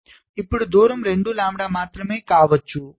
కాబట్టి ఇప్పుడు దూరం 2 లాంబ్డా మాత్రమే కావచ్చు